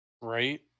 Right